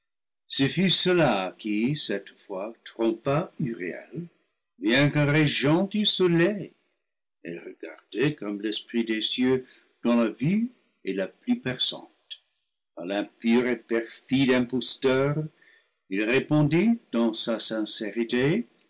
fois trompa uriel bien que régent du soleil et regardé comme l'esprit des cieux dont la vue est la plus perçante a l'impur et perfide imposteur il répondit dans sa sincérité